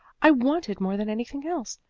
i want it more than anything else.